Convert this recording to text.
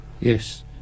Yes